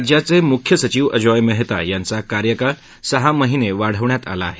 राज्याचे मुख्य सचिव अजोय मेहता यांचा कार्यकाळ सहा महिने वाढवण्यात आला आहे